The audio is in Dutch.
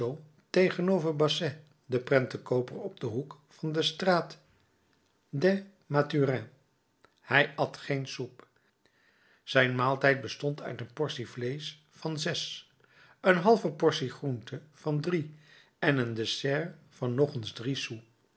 tegenover bastet den prentenkooper op den hoek van de straat des mathurins hij at geen soep zijn maaltijd bestond uit een portie vleesch van zes een halve portie groente van drie en een dessert van nog drie sous